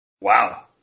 wow